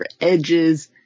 edges